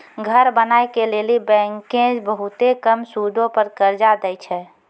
घर बनाय के लेली बैंकें बहुते कम सूदो पर कर्जा दै छै